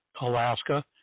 Alaska